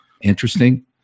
interesting